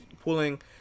pulling